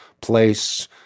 place